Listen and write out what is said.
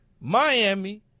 Miami